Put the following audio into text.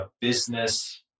business